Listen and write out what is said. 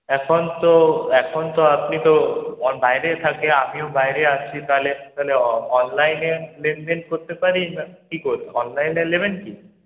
এখন তো এখন তো আপনি তো বাইরে থাকেন আমিও বাইরে আছি তাহলে তাহলে অনলাইনে লেনদেন করতে পারি না কি করবেন অনলাইনে নেবেন কি